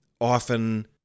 often